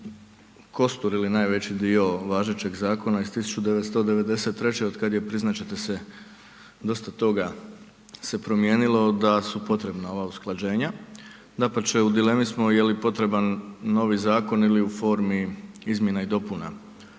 kostur ili najveći dio važećeg zakona iz 1993. otkad je priznat će se dosta toga se promijenilo, da su potrebna ova usklađenja, dapače, u dilemi smo je li potreban novi zakon ili u formi izmjena i dopuna